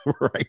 Right